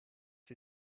sie